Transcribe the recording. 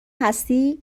هستی